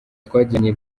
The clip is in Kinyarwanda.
twagiranye